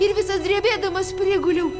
ir visas drebėdamas priguliau